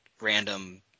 random